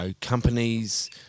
companies